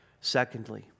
Secondly